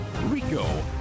RICO